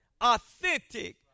authentic